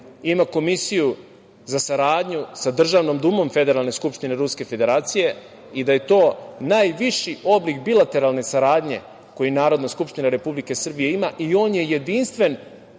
ima Komisiju za saradnju sa Državnom dumom Federalne skupštine Ruske Federacije i da je to najviši oblik bilateralne saradnje koji Narodna skupština Republike Srbije ima i on je jedinstven